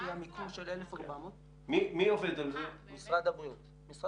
לפי המיקום 1,400. מה עשו עד עכשיו?